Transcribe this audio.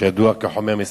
שידוע כחומר מסרטן.